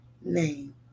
name